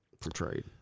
portrayed